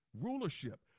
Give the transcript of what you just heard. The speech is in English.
Rulership